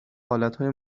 حالتهای